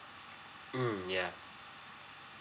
mm ya